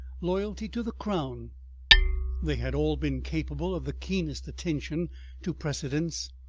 loyalty to the crown they had all been capable of the keenest attention to precedence,